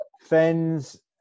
Fens